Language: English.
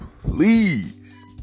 please